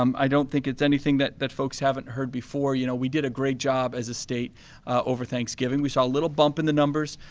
um i don't think it's anything that that folks haven't heard before, you know. we did a great job as a state of thanksgiving. we saw a little bump in the numbers,